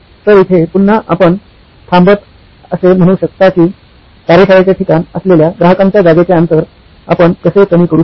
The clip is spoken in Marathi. तर इथे पुन्हा आपण थांबत असे म्हणू शकता की कार्यशाळेचे ठिकाण असलेल्या ग्राहकांच्या जागेचे अंतर आपण कसे कमी करू शकतो